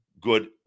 good